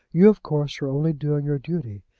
you, of course, are only doing your duty.